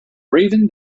raven